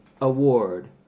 award